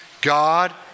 God